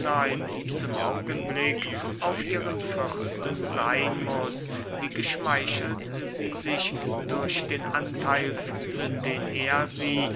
in diesem augenblick auf ihren fürsten seyn muß wie geschmeichelt sie sich durch den antheil fühlen den er sie